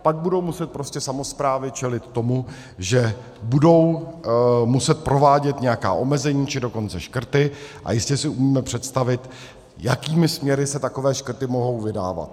Pak budou muset prostě samosprávy čelit tomu, že budou muset provádět nějaká omezení, či dokonce škrty, a jistě si umíme představit, jakými směry se takové škrty mohou vydávat.